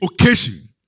occasion